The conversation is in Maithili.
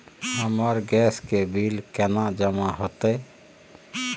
हमर गैस के बिल केना जमा होते?